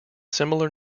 similar